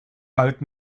halt